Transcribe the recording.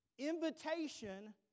Invitation